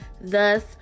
thus